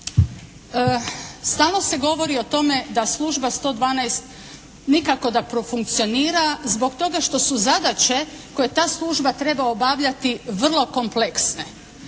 Stalno se govori o tome da služba 12 nikako da profunkcionira zbog toga što su zadaće koje ta služba treba obavljati vrlo kompleksne.